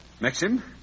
Maxim